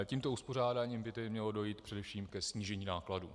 Tímto uspořádáním by tedy mělo dojít především ke snížení nákladů.